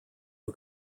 who